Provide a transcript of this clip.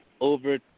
Over